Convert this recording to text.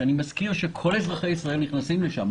שאני מזכיר שכל אזרחי ישראל נכנסים לשם,